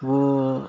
وہ